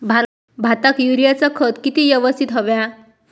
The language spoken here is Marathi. भाताक युरियाचा खत किती यवस्तित हव्या?